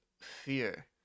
fear